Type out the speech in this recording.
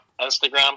Instagram